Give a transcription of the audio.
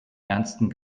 ernsten